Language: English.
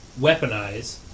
weaponize